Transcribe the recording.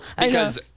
because-